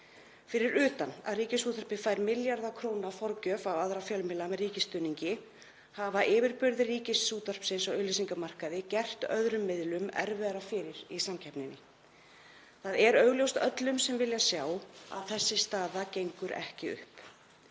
Fyrir utan að Ríkisútvarpið fær milljarða króna forgjöf á aðra fjölmiðla með ríkisstuðningi hafa yfirburðir Ríkisútvarpsins á auglýsingamarkaði gert öðrum miðlum erfiðara fyrir í samkeppninni. Það er augljóst öllum sem vilja sjá að þessi staða gengur ekki upp.